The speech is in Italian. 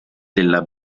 della